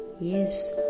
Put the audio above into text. Yes